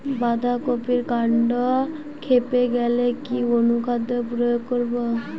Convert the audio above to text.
বাঁধা কপির কান্ড ফেঁপে গেলে কি অনুখাদ্য প্রয়োগ করব?